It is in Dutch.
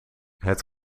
het